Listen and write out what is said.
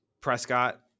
Prescott